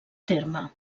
terme